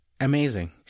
amazing